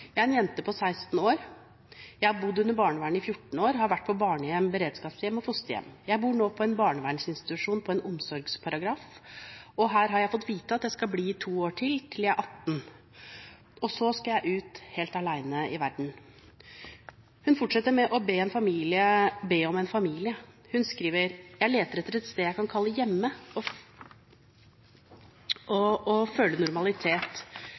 Jeg bor nå på en barnevernsinstitusjon på en «omsorgsparagraf». Her har jeg fått vite at jeg skal bli i to år til, til jeg er 18 år og skal ut helt alene i verden.» Hun fortsetter med å be om en familie. Hun skriver at «jeg leter etter et sted jeg kan kalle hjemme og føle normalitet».